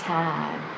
time